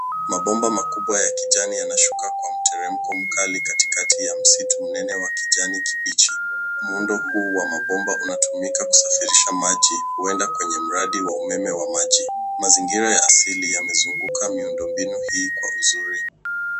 Mabomba makubwa ya kijani yanashuka kwa mteremko mkali katikati ya msitu mnene wa kijani kibichi. Muundo huu wa mabomba unatumika kusafirisha maji huenda kwenye mradi wa umeme wa maji. Mazingira ya asili yamezunguka miundombinu hii kwa uzuri.